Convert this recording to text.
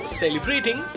celebrating